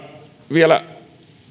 vielä